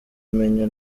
menya